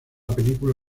película